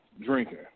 drinking